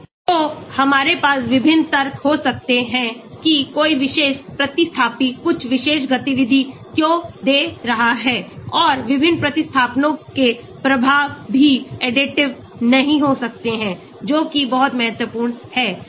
तो हमारे पास विभिन्न तर्क हो सकते हैं कि कोई विशेष प्रतिस्थापी कुछ विशेष गतिविधि क्यों दे रहा है और विभिन्न प्रतिस्थापनों के प्रभाव भी additive नहीं हो सकते हैं जो कि बहुत महत्वपूर्ण है